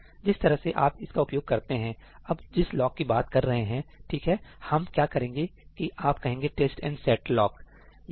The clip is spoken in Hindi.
इसलिए जिस तरह से आप इस का उपयोग करते हैं अब जिस लॉक की बात कर रहे हैं ठीक है हम क्या करेंगे कि आप कहेंगे ' टेस्ट एंड सेट लॉक'